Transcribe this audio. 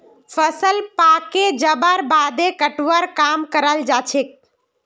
फसल पाके जबार बादे कटवार काम कराल जाछेक